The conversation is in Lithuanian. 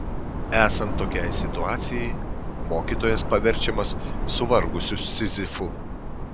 esant tokiai situacijai mokytojas paverčiamas suvargusiu sizifu